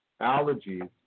allergies